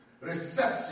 Recession